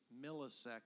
millisecond